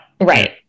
right